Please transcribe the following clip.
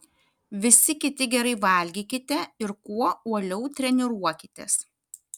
visi kiti gerai valgykite ir kuo uoliau treniruokitės